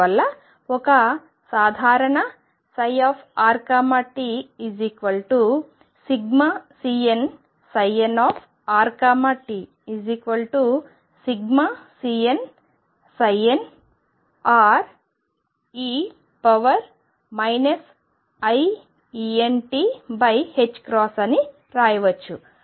అందువల్ల ఒక సాధారణ ψrt ∑Cnnrt∑Cnne iEnt అని రాయవచ్చు